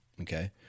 Okay